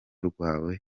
rwawe